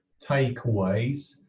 takeaways